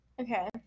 Okay